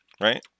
right